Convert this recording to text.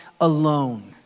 alone